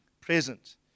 present